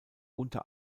unter